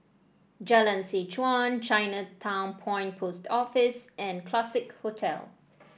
Jalan Seh Chuan Chinatown Point Post Office and Classique Hotel